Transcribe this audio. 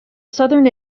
southern